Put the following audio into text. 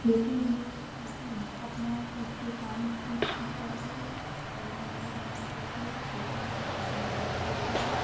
खेती भी अपना उससे पानी खींच खींच करके और नाली बना करके खेती अपना करते थे